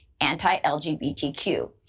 anti-LGBTQ